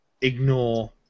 ignore